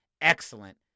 excellent